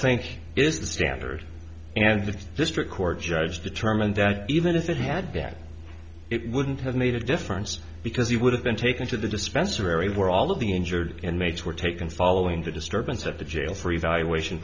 think it's the standard and the district court judge determined that even if it had been it wouldn't have made a difference because he would have been taken to the dispensary where all of the injured inmates were taken following the disturbance at the jail for evaluation